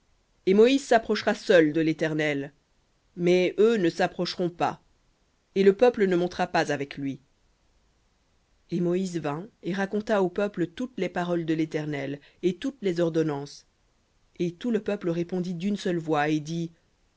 et moïse s'approchera seul de l'éternel mais eux ne s'approcheront pas et le peuple ne montera pas avec lui et moïse vint et raconta au peuple toutes les paroles de l'éternel et toutes les ordonnances et tout le peuple répondit d'une seule voix et dit